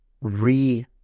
re